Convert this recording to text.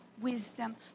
wisdom